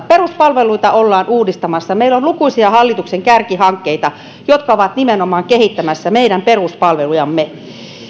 peruspalveluita ollaan uudistamassa meillä on lukuisia hallituksen kärkihankkeita jotka ovat nimenomaan kehittämässä meidän peruspalvelujamme